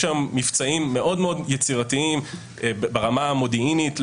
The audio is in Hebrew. יש היום מבצעים מאוד יצירתיים ברמה המודיעינית,